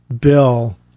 bill